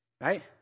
right